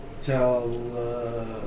tell